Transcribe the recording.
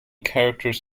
characters